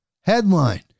Headline